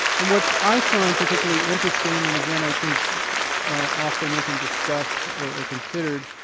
and what i find particularly interesting, and again, i think often isn't discussed or considered,